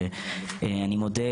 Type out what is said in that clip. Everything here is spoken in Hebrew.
ואני מודה,